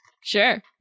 Sure